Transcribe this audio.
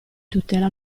tutela